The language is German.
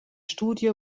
studie